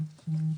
לך.